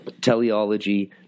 teleology